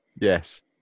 Yes